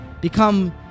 become